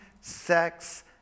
sex